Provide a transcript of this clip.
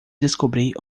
descobrir